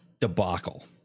debacle